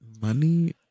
money